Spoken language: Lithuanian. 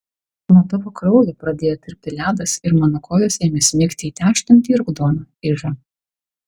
nuo tavo kraujo pradėjo tirpti ledas ir mano kojos ėmė smigti į tęžtantį raudoną ižą